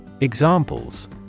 Examples